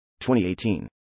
2018